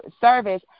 service